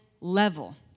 level